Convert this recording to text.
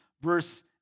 verse